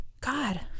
god